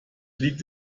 liegt